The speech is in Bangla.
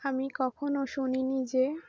আমি কখনও শুনিনি যে